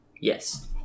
Yes